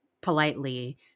politely